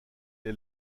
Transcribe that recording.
est